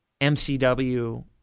MCW